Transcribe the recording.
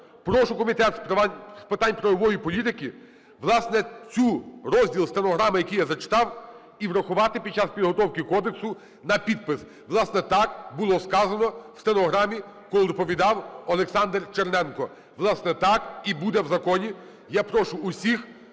Прошу Комітет з питань правової політики, власне, цей розділ стенограми, який я зачитав, і врахувати під час підготовки кодексу на підпис. Власне, так було сказано в стенограмі, коли доповідав Олександр Черненко. Власне, так і буде в законі. Я прошу усіх